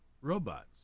Robots